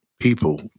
people